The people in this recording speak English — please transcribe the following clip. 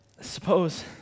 Suppose